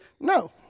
no